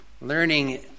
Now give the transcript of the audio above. learning